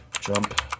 Jump